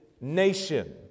nation